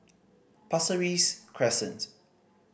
Pasir Ris Cresent